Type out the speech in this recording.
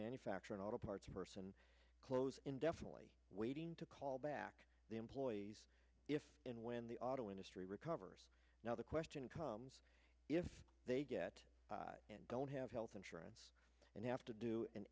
manufacturing auto parts person closed indefinitely waiting to call back the employees if and when the auto industry recovers now the question becomes if they get and don't have health insurance and they have to do an